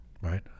right